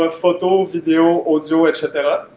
ah photo, video, audio, etc.